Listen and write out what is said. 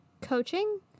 coaching